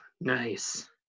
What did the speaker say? nice